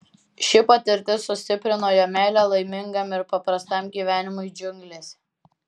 ši patirtis sustiprino jo meilę laimingam ir paprastam gyvenimui džiunglėse